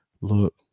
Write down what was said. look